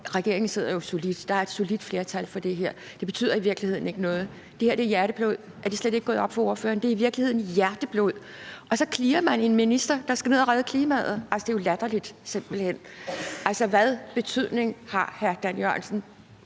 regeringen sidder jo solidt på det her, der er et solidt flertal for det, og det betyder i virkeligheden ikke noget. Det her er hjerteblod. Er det slet ikke gået op for ordføreren? Det er i virkeligheden hjerteblod, og så clearer man en minister, der skal ned at redde klimaet. Altså, det er jo simpelt hen latterligt. Hvilken betydning har hr. Dan Jørgensen